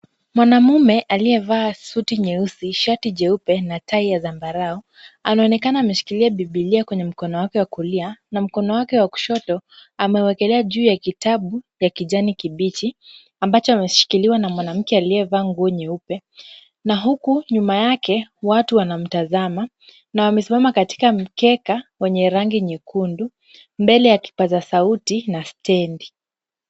Mwanamume aliyevaa suti nyeusi, shati jeupe, na tai ya zambarau aneonekana ameshikilia bibilia kwenye mkono wake wa kulia na mkono wake wa kushoto amewekelea juu ya kitabu ya kijani kibichi ambacho ameshikiliwa na mwanamke aliyevaa nguo nyeupe. Na huku nyuma yake watu wanamtazama na wamesimama katika mkeka wenye rangi nyekundu mbele ya kipaza sauti na stendi.